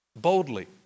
Boldly